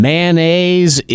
Mayonnaise